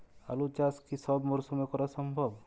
আলু চাষ কি সব মরশুমে করা সম্ভব?